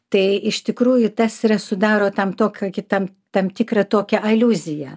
tai iš tikrųjų tas yra sudaro tam tokio kitam tam tikrą tokią aliuziją